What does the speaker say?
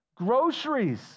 groceries